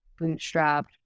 bootstrapped